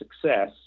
success